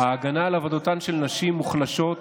ההגנה על עבודתן של נשים מוחלשות